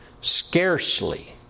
scarcely